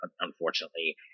unfortunately